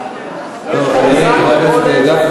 גפני,